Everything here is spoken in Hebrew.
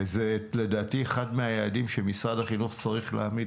זה לדעתי אחד מהיעדים שמשרד החינוך צריך להעמיד.